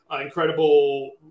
incredible